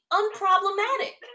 unproblematic